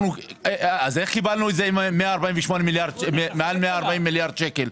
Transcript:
אז איך קיבלנו את זה עם מעל 140 מיליארד שקל?